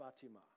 Fatima